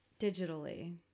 digitally